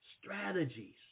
strategies